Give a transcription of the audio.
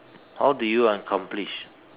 how do you accomplish